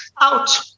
out